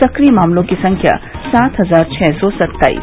सक्रिय मामलों की संख्या सात हजार छः सौ सत्ताईस